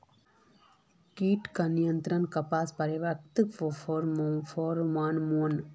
कीट का नियंत्रण कपास पयाकत फेरोमोन?